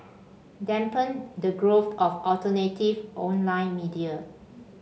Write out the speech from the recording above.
dampen the growth of alternative online media